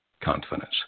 confidence